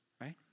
right